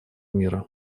мира